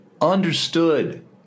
Understood